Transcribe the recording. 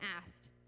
asked